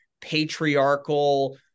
patriarchal